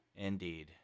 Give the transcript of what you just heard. Indeed